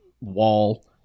wall